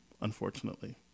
unfortunately